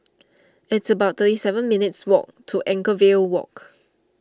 it's about thirty seven minutes' walk to Anchorvale Walk